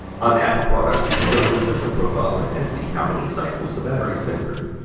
on apple products you can go to the system profiler and see how many cycles the battery has been through.